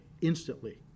instantly